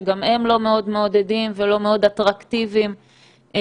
שגם הם לא מאוד מעודדים ולא מאוד אטרקטיביים כדי